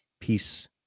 peace